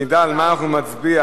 שנדע על מה אנחנו נצביע,